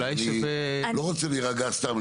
אני לא רוצה להירגע סתם,